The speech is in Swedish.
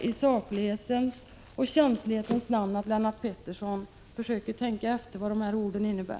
I saklighetens och känslighetens namn önskar jag att Lennart Pettersson försöker tänka efter vad dessa ord innebär.